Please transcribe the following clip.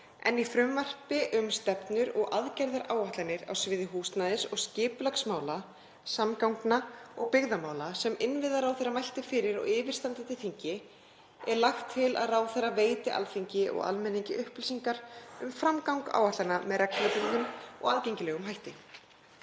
en í frumvarpi um stefnur og aðgerðaáætlanir á sviði húsnæðis- og skipulagsmála, samgangna og byggðamála, sem innviðaráðherra mælti fyrir á yfirstandandi þingi, er lagt til að ráðherra veiti Alþingi og almenningi upplýsingar um framgang áætlana með reglubundnum og aðgengilegum hætti.